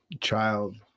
child